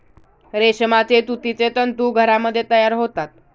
रेशमाचे तुतीचे तंतू घरामध्ये तयार होतात